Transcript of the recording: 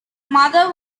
mother